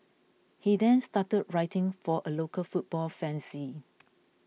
he then started writing for a local football fanzine